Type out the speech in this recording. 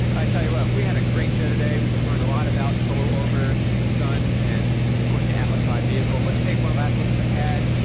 tell you what, we had a great show today. we learned a lot about solar orbiter, the sun, and of course, the atlas v vehicle. let's take one last look at the pad.